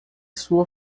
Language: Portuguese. sua